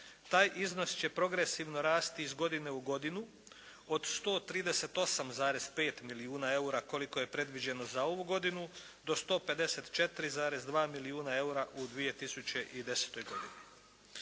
Taj iznos će progresivno rasti iz godine u godinu od 138,5 milijuna eura koliko je predviđeno za ovu godinu do 154,2 milijuna eura u 2010. godini.